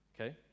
Okay